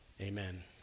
amen